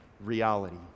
reality